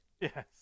Yes